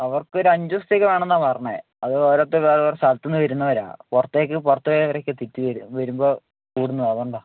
അവർക്ക് ഒരു അഞ്ച് ദിവസത്തേക്ക് വേണമെന്നാണ് പറഞ്ഞത് അത് അവരോരുത്തര് ഓരോരോ സ്ഥലത്ത് നിന്ന് വരുന്നവരാണ് പുറത്തേക്ക് പുറത്ത് പോയവരൊക്കെ തിരിച്ച് വരുമ്പോൾ കൂടുന്നതാണ് അതുകൊണ്ടാണ്